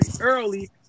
early